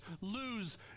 lose